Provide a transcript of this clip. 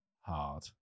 hard